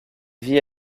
vit